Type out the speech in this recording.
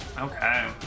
Okay